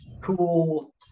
cool